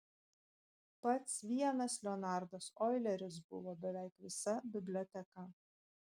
pats vienas leonardas oileris buvo beveik visa biblioteka